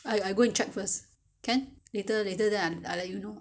I I go and check first can later later then I let you know